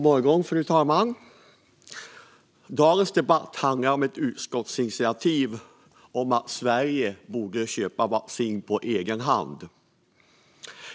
Fru talman! Dagens debatt handlar om ett utskottsinitiativ om att Sverige borde köpa vaccin på egen hand.